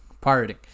pirating